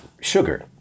sugar